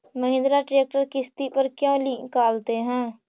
Mahindra tractor किसति पर क्यों निकालते हैं?